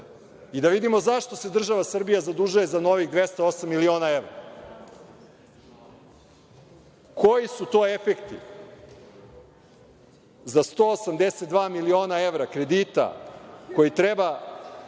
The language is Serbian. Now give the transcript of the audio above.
i da vidimo zašto se država Srbija zadužuje za novih 208 miliona evra. Koji su to efekti za 182 miliona evra kredita koji treba